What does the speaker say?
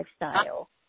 lifestyle